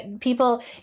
people